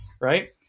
right